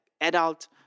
adult